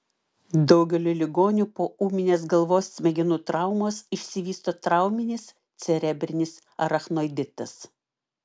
daugeliui ligonių po ūminės galvos smegenų traumos išsivysto trauminis cerebrinis arachnoiditas